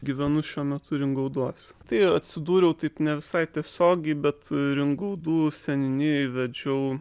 gyvenu šiuo metu ringauduose tai atsidūriau taip ne visai tiesiogiai bet ringaudų seniūnijoj vedžiau